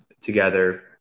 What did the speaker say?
together